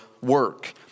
work